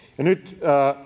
nyt